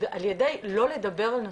על ידי לא לדבר על הנושא,